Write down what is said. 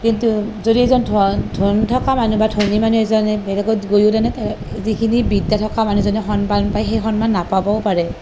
কিন্তু যদি এজন ধোৱা ধন থকা মানুহ বা ধনী মানুহ এজনে বেলেগত গৈয়ো তেনেকে যিখিনি বিদ্যা থকা মানুহজনে সন্মান পায় সেই সন্মান নাপাবও পাৰে